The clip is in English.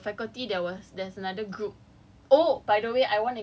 like err in our faculty there was there's another group